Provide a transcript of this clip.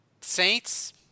Saints